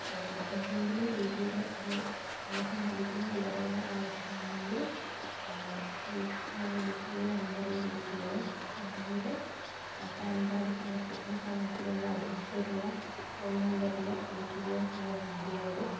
എന്തെങ്കിലും രീതിയില് ഇനി എന്നെ സംബന്ധിക്കുന്ന വിവരങ്ങൾ ആവശ്യമുണ്ടെങ്കിൽ ഈ ഞാൻ വിളിച്ച ഈ നമ്പറിൽ വിളിക്കുകയോ അല്ലെങ്കില് പാൻ കാർഡ് സമർപ്പിക്കേണ്ട സമയത്തുതന്ന അപേക്ഷയിൽ ഉള്ള ഫോൺ നമ്പറില് വിളിക്കുകയോ ചെയ്താൽ മതിയാകും